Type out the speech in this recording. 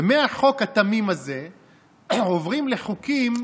ומהחוק התמים הזה הם עוברים לחוקים,